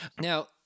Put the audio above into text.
Now